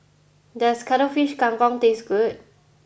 does Cuttlefish Kang Kong taste good